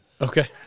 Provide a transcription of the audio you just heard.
Okay